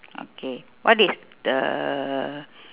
okay what is the